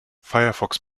firefox